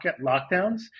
lockdowns